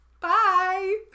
Bye